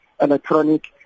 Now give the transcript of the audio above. electronic